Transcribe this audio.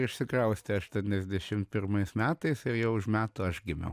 išsikraustė aštuoniasdešim pirmais metais ir jau už metų aš gimiau